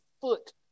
foot